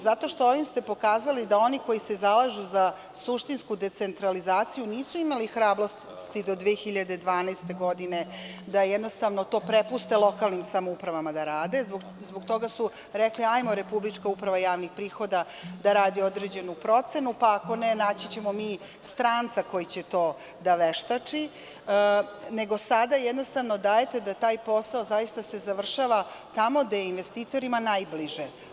Zato što ste ovim pokazali da oni koji se zalažu suštinsku decentralizaciju nisu imali hrabrosti do 2012. godine da jednostavno to prepuste lokalnim samoupravama da rade i zbog toga su rekli – ajmo Republička uprava javnih prihoda da radi određenu procenu, pa ako ne, naći ćemo mi stranca to da veštači, nego sada jednostavno dajte da se taj posao zaista završava tamo gde je investitorima najbliže.